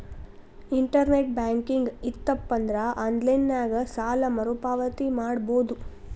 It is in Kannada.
ಇಂಟರ್ನೆಟ್ ಬ್ಯಾಂಕಿಂಗ್ ಇತ್ತಪಂದ್ರಾ ಆನ್ಲೈನ್ ನ್ಯಾಗ ಸಾಲ ಮರುಪಾವತಿ ಮಾಡಬೋದು